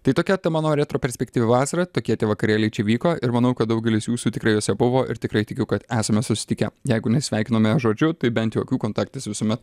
tai tokia ta mano retro perspekty vasarą tokie tie vakarėliai čia vyko ir manau kad daugelis jūsų tikrai jose buvo ir tikrai tikiu kad esame susitikę jeigu nesveikinome žodžiu tai bent jokių kontaktas visuomet